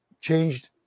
changed